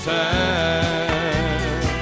time